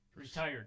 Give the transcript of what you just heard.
Retired